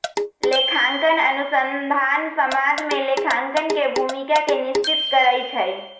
लेखांकन अनुसंधान समाज में लेखांकन के भूमिका के निश्चित करइ छै